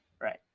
Right